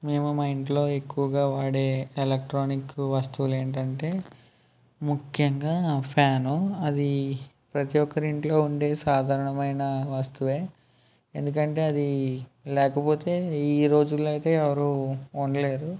మేమూ మా ఇంట్లో ఎక్కువగా వాడే ఎలక్ట్రానిక్ వస్తువులు ఏంటంటే ముఖ్యంగా ఫ్యాను అదీ ప్రతి ఒక్కరి ఇంట్లో ఉండే సాధారణమైన వస్తువే ఎందుకంటే అదీ లేకపోతే ఈ రోజుల్లో అయితే ఎవరు ఉండలేరు